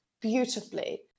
beautifully